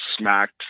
smacked